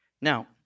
Now